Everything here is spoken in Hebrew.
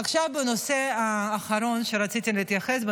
עכשיו הנושא האחרון שרציתי להתייחס אליו,